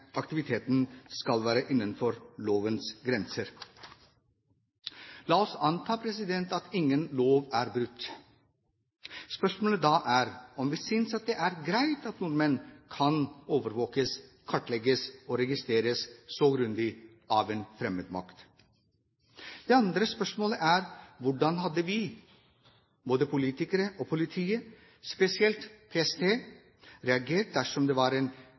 aktiviteten skal være innenfor lovens grenser. La oss anta at ingen lov er brutt. Spørsmålet da er om vi synes at det er greit at nordmenn kan overvåkes, kartlegges og registreres så grundig av en fremmed makt. Det andre spørsmålet er: Hvordan hadde vi – både politikere og politiet, spesielt PST – reagert dersom det var den iranske ambassaden som sto bak en